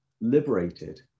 liberated